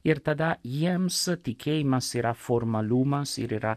ir tada jiems tikėjimas yra formalumas ir yra